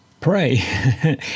pray